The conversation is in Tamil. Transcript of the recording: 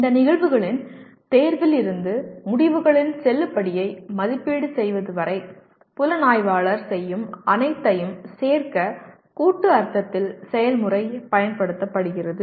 இந்த நிகழ்வுகளின் தேர்வில் இருந்து முடிவுகளின் செல்லுபடியை மதிப்பீடு செய்வது வரை புலனாய்வாளர் செய்யும் அனைத்தையும் சேர்க்க கூட்டு அர்த்தத்தில் செயல்முறை பயன்படுத்தப்படுகிறது